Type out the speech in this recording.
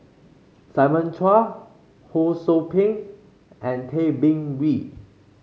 Simon Chua Ho Sou Ping and Tay Bin Wee